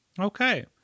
okay